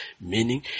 Meaning